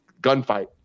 Gunfight